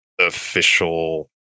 official